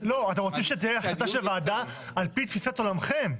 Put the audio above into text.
אתם רוצים שזו תהיה החלטה של הוועדה על פי תפיסת עולמכם,